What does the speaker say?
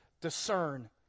discern